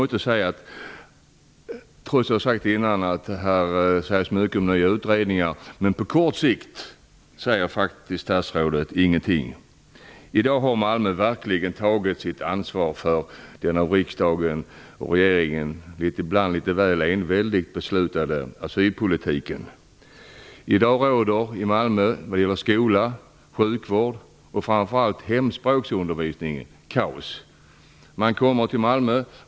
Statsrådet talar, som sagt, mycket om utredningar men om vad som gäller på kort sikt säger han faktiskt ingenting. I dag tar Malmö verkligen sitt ansvar för den av riksdagen och regeringen ibland enväldigt beslutade asylpolitiken. Vad gäller skolan, sjukvården och framför allt hemspråksundervisningen råder det i dag kaos i Malmö. Flyktingarna kommer till Malmö.